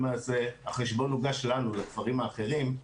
למעשה החשבון הוגש לנו לכפרים האחרים,